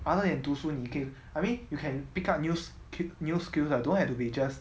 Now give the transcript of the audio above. other than 读书你可以 I mean you can pick up news new skills lah don't have to be just